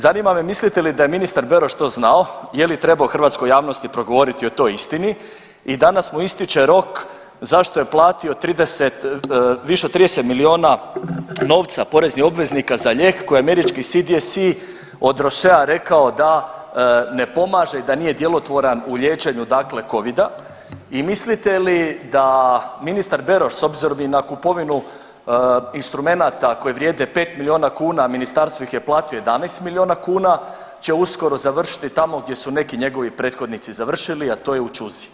Zanima me, mislite li da je ministar Beroš to znao, je li trebao hrvatskoj javnosti progovoriti o toj istini i danas mu ističe rok zašto je platio 30, više od 30 milijuna novca poreznih obveznika za lijek koji je američki CDSE od ... rekao da ne pomaže, da nije djelotvoran u liječenju, dakle Covida i mislite li da ministar Beroš, s obzirom na kupovinu instrumenata koji vrijede 5 milijuna kuna, a Ministarstvo ih platio 11 milijuna kuna će uskoro završiti tamo gdje su neki njegovi prethodnici završili, a to je ćuzi.